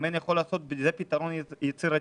זה פתרון יצירתי.